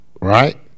right